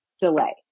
delay